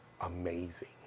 amazing